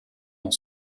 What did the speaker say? dans